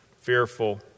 fearful